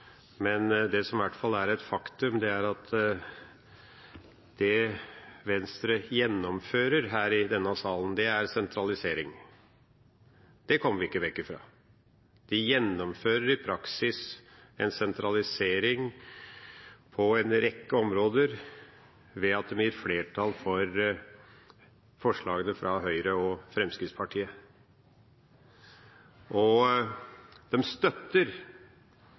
men det som i hvert fall er et faktum, er at det Venstre gjennomfører her i denne salen, er sentralisering. Det kommer vi ikke vekk fra. De gjennomfører i praksis en sentralisering på en rekke områder ved at det blir flertall for forslagene fra Høyre og Fremskrittspartiet. De støtter